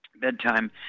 bedtime